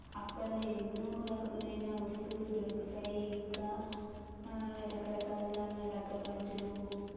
అక్కడ ఎన్నో రకములైన వస్తువులు దొరుకుతాయి ఇంకా రకరకాల లక్క గాజులు